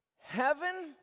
Heaven